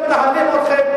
הם מנהלים אתכם.